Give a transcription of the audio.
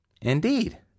Indeed